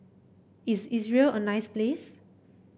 is Israel a nice place